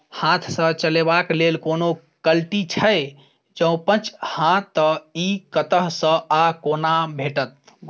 हाथ सऽ चलेबाक लेल कोनों कल्टी छै, जौंपच हाँ तऽ, इ कतह सऽ आ कोना भेटत?